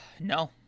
no